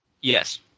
Yes